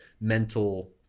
mental